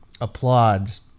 applauds